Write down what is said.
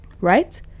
right